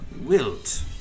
Wilt